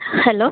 hello